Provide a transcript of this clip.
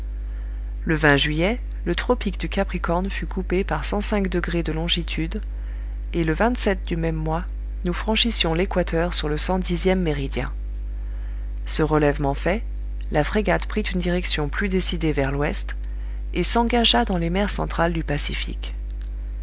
le juillet le tropique du capricorne fut coupé par de longitude et le du même mois nous franchissions l'équateur sur le cent dixième méridien ce relèvement fait la frégate prit une direction plus décidée vers l'ouest et s'engagea dans les mers centrales du pacifique